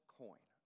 coin